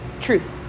truth